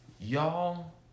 Y'all